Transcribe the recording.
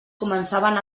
començaven